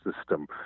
system